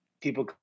people